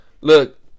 look